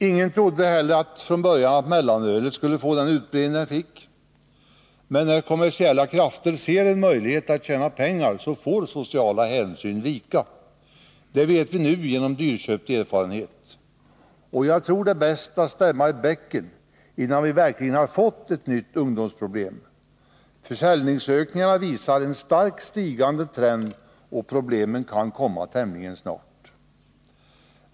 Ingen trodde från början att mellanölet skulle få den utbredning som det fick, men när kommersiella krafter ser en möjlighet att tjäna pengar, får sociala hänsyn vika. Det vet vi nu genom dyrköpt erfarenhet. Jag tror att det är bäst att stämma i bäcken, innan vi verkligen har fått ett nytt ungdomsproblem. Försäljningen visar en starkt stigande trend, och problemen kan komma tämligen snabbt.